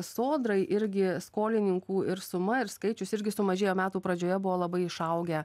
sodrai irgi skolininkų ir suma ir skaičius irgi sumažėjo metų pradžioje buvo labai išaugę